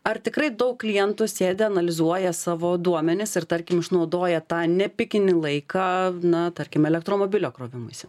ar tikrai daug klientų sėdi analizuoja savo duomenis ir tarkim išnaudoja tą nepikinį laiką na tarkim elektromobilio krovimuisi